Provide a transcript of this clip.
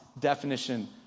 definition